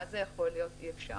מה זה יכול להיות שאי אפשר?